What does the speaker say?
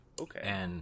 Okay